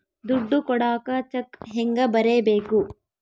ದುಡ್ಡು ಕೊಡಾಕ ಚೆಕ್ ಹೆಂಗ ಬರೇಬೇಕು?